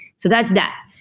so that's that.